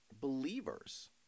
believers